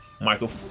Michael